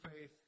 faith